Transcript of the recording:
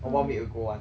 or one week ago [one]